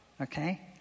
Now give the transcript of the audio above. Okay